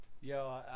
Yo